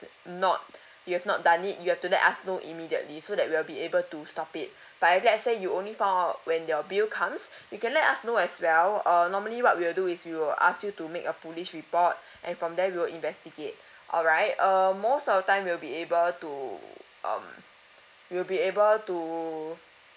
not you have not done it you have to let us know immediately so that we will be able to stop it but if let say you only found out when your bill comes you can let us know as well uh normally what we will do is we will ask you to make a police report and from there we will investigate all right uh most of the time we'll be able to um we'll be able to